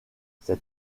cet